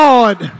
Lord